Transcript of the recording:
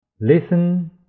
Listen